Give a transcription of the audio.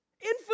infinite